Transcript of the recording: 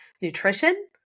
nutrition